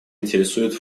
интересует